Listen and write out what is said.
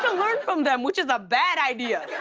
ah learn from them, which is a bad idea.